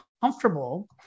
comfortable